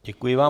Děkuji vám.